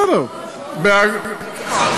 בסדר, בסדר.